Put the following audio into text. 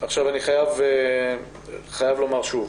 אני חייב לומר שוב,